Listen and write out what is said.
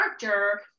character